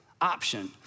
option